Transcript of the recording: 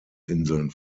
inseln